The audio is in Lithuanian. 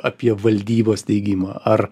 apie valdybos steigimą ar